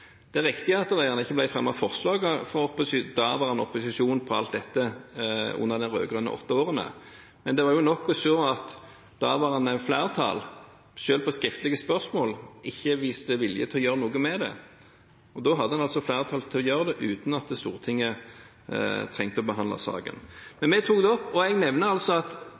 Det er riktig at det ikke ble fremmet forslag fra daværende opposisjon til alt dette under de åtte rød-grønne årene, men det var jo nok å se at daværende flertall, selv på skriftlige spørsmål, ikke viste vilje til å gjøre noe med det. Da hadde en altså flertall til å gjøre det, uten at Stortinget trengte å behandle saken. Men vi tok det opp, og jeg nevner at